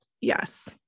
Yes